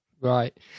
Right